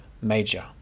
Major